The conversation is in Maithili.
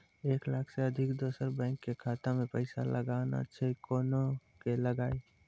एक लाख से अधिक दोसर बैंक के खाता मे पैसा लगाना छै कोना के लगाए?